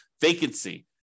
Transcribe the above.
vacancy